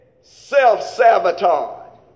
self-sabotage